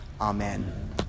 Amen